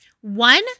One